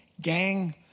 gang